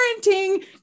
parenting